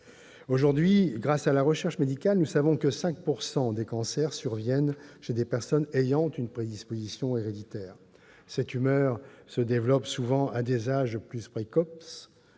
Aujourd'hui, grâce à la recherche médicale, nous savons que 5 % des cancers surviennent chez des personnes présentant une prédisposition héréditaire. Ces tumeurs se développent souvent à des âges plus précoces,